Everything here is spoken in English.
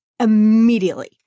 immediately